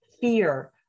fear